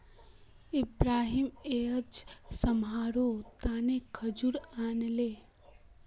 इब्राहिम अयेज सभारो तने खजूर आनले